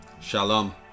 Shalom